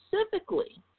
specifically